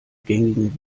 gängigen